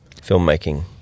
filmmaking